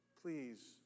Please